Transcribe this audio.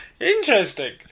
interesting